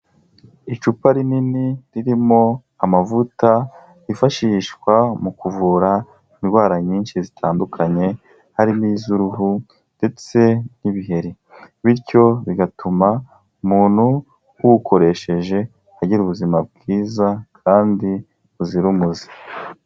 Icupa rinini ririmo amavuta, yifashishwa mu kuvura indwara nyinshi zitandukanye, harimo iz'uruhu, ndetse n'ibiheri. Bityo bigatuma umuntu uwukoresheje, agira ubuzima bwiza, kandi buzira umuze.